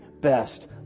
best